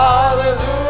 Hallelujah